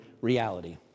reality